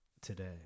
today